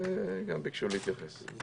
הם גם ביקשו להתייחס.